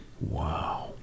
Wow